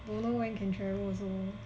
don't know when can travel also